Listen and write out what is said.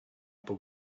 upper